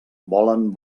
volen